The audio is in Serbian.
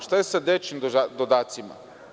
Šta je sa dečijim dodacima?